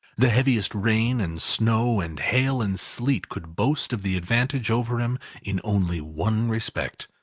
the heaviest rain, and snow, and hail, and sleet, could boast of the advantage over him in only one respect.